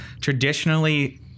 traditionally